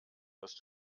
dass